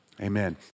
Amen